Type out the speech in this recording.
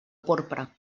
porpra